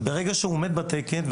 וברגע שהוא עומד בתקן,